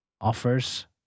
offers